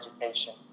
education